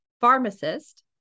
pharmacist